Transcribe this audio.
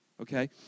okay